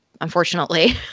Unfortunately